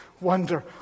wonder